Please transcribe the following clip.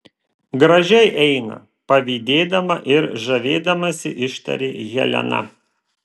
gražiai eina pavydėdama ir žavėdamasi ištarė helena